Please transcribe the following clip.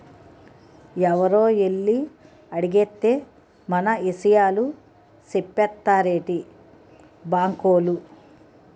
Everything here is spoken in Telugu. ఎవరో ఎల్లి అడిగేత్తే మన ఇసయాలు సెప్పేత్తారేటి బాంకోలు?